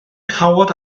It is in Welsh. cawod